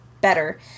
better